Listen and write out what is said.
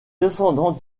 descendants